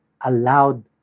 allowed